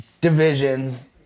divisions